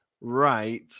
right